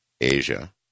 Asia